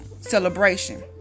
celebration